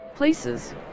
places